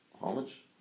homage